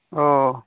ᱳ